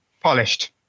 Polished